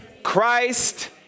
christ